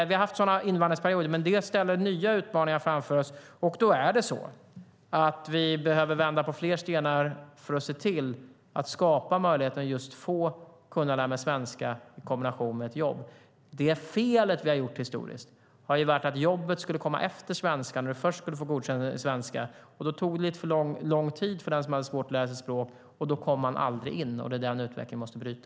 Vi har haft sådana invandringsperioder, men det ställer nya utmaningar framför oss och då behöver vi vända på fler stenar för att skapa möjligheten att lära sig svenska i kombination med ett jobb. Det fel vi har gjort historiskt har varit att jobbet skulle komma efter svenskan, det vill säga att man först skulle få godkänt i svenska. Då tog det lite för lång tid för den som hade svårt att lära sig språk, och de kom aldrig in. Det är den utvecklingen vi måste bryta.